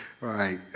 right